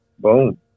boom